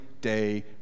day